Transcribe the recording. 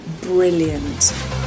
brilliant